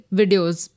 videos